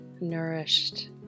nourished